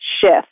shift